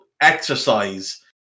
exercise